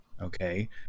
Okay